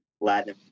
Latin